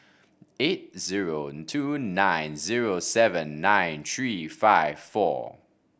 eight zero two nine zero seven nine three five four